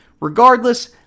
Regardless